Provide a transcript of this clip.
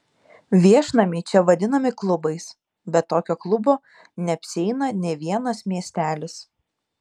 viešnamiai čia vadinami klubais be tokio klubo neapsieina nė vienas miestelis